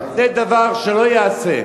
זה דבר שלא ייעשה.